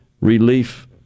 relief